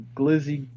glizzy